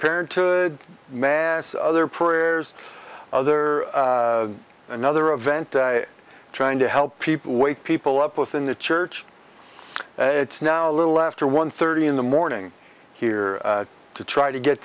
parenthood mass other prayers other another event trying to help people wake people up within the church it's now a little after one thirty in the morning here to try to get